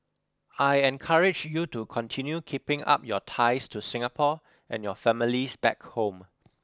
I encourage you to continue keeping up your ties to Singapore and your families back home